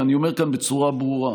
אבל אני אומר כאן בצורה ברורה: